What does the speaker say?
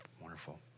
Wonderful